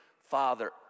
father